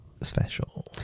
Special